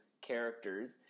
characters